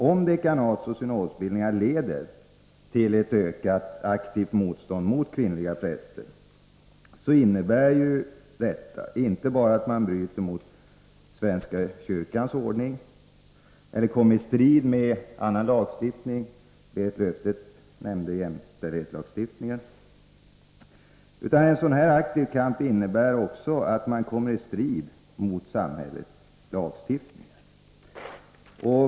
Om dekanatsoch synodbildningar leder till ett ökat aktivt motstånd mot kvinnliga präster innebär det inte bara att man bryter mot svenska kyrkans ordning utan också att man handlar i strid med samhällets lagstiftning — Berit Löfstedt nämnde jämställdhetslagstiftningen.